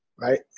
right